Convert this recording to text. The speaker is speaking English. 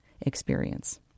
experience